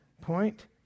point